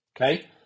Okay